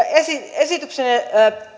esityksenne